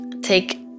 take